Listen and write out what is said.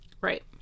Right